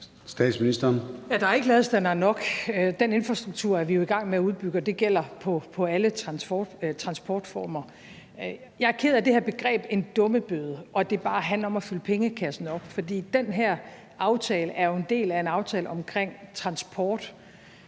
Der er ikke ladestandere nok. Den infrastruktur er vi jo i gang med at udbygge, og det gælder for alle transportformer. Jeg er ked af det her begreb en dummebøde, og at det bare skulle handle om at fylde pengekassen op, for den her aftale er jo en del af en aftale om transport